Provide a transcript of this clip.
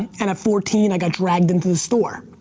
and at fourteen, i got dragged into the store.